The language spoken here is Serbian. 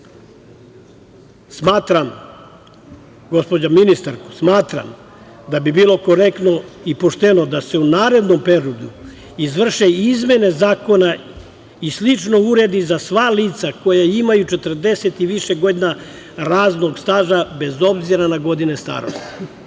penzija. Smatram, gospođa ministarko, da bi bilo korektno i pošteno da se u narednom periodu izvrše izmene zakona i slično uredi za sva lica koja imaju 40 i više godina radnog staža, bez obzira na godine starosti. Sadašnjim